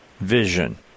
vision